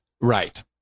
Right